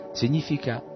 significa